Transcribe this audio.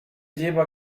lleva